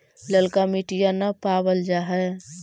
ललका मिटीया न पाबल जा है?